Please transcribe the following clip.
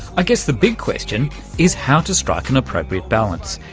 i guess the big question is how to strike an appropriate balance?